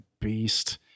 beast